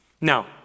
now